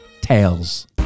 Tales